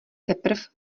teprv